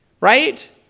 right